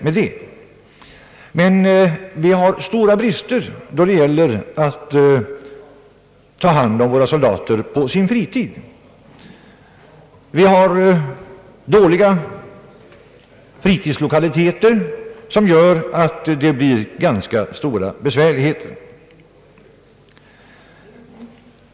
Men det finns stora brister då det gäller att ta hand om soldaterna på deras fritid. De dåliga fritidslokaliteterna gör att det blir ganska stora besvärligheter.